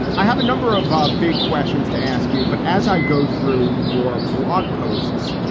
i have a number of big questions to ask you. but as i go through your blog posts,